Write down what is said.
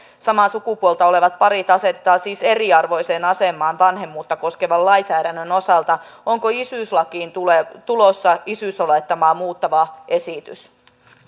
samaa sukupuolta olevat parit asetetaan siis eriarvoiseen asemaan vanhemmuutta koskevan lainsäädännön osalta onko isyyslakiin tulossa isyysolettamaa muuttava esitys